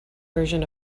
version